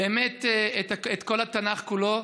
באמת את כל התנ"ך כולו,